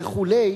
וכו'